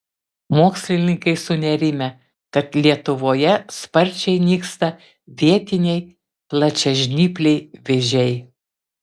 mokslininkai sunerimę kad lietuvoje sparčiai nyksta vietiniai plačiažnypliai vėžiai